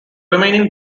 remaining